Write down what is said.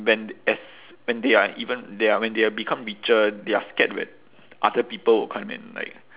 when as when they are even they are when they are become richer they are scared when other people will come and like